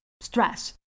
stress